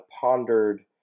pondered